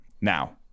Now